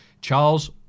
Charles